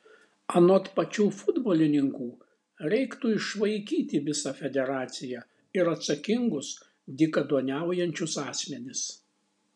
anot pačių futbolininkų reiktų išvaikyti visą federaciją ir atsakingus dykaduoniaujančius asmenis